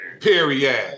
Period